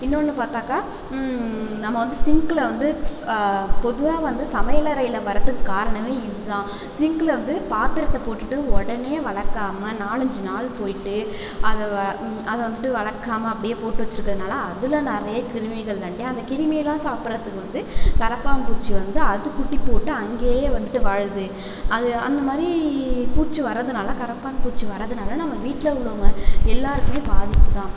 இன்னோன்னு பார்த்தாக்கா நம்ம வந்து சிங்க்ல வந்து பொதுவாக வந்து சமையலறையில் வரதுக்கு காரணமே இதுதான் சிங்க்ல வந்து பாத்திரத்தை போட்டுட்டு உடனே விளக்காம நாலஞ்சு நாள் போய்ட்டு அதை அதை வந்துட்டு விளக்காம அப்படியே போட்டு வச்சிருக்கறதனால அதில் நிறைய கிருமிகள் தங்கி அந்த கிருமியெல்லாம் சாப்பிட்றதுக்கு வந்து கரப்பான்பூச்சி வந்து அது குட்டி போட்டு அங்கேயே வந்துட்டு வாழுது அது அந்த மாதிரி பூச்சி வரதனால கரப்பான்பூச்சி வரதனால நம்ம வீட்டில உள்ளவங்க எல்லாருக்குமே பாதிப்புதான்